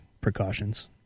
precautions